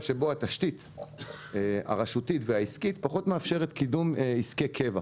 שבו התשתית הרשותית והעסקית פחות מאפשרת קידום עסקי קבע,